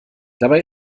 dabei